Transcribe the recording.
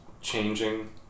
changing